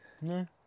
No